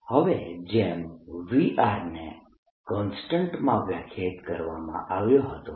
B0 BA હવે જેમ V ને કોન્સ્ટન્ટ માં વ્યાખ્યાયિત કરવામાં આવ્યો હતો